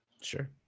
Sure